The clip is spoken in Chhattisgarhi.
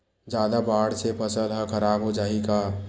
जादा बाढ़ से फसल ह खराब हो जाहि का?